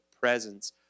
presence